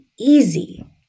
easy